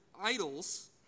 idols